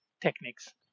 techniques